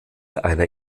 einer